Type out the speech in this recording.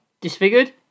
Disfigured